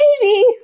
baby